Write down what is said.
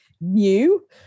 new